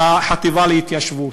על החטיבה להתיישבות.